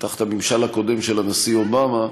תחת הממשל הקודם של הנשיא אובמה,